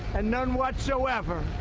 and none whatsoever.